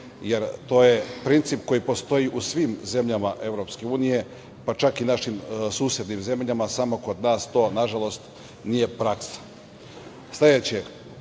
jer to je princip koji postoji u svim zemljama EU, pa čak i našim susednim zemljama. Samo kod nas to, nažalost, nije